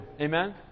Amen